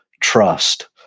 trust